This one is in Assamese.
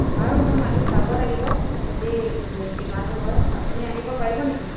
বাৰু মই মাটি চাব লাগিব যদি কিমানটো হয় আপুনি আহিব পাৰিব নেকি